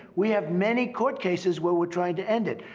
we have many court cases where we're trying to end it.